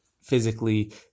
physically